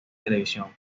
televisión